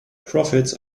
profits